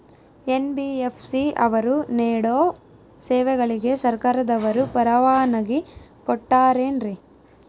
NBFC ಅವರು ನೇಡೋ ಸೇವೆಗಳಿಗೆ ಸರ್ಕಾರದವರು ಪರವಾನಗಿ ಕೊಟ್ಟಾರೇನ್ರಿ?